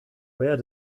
where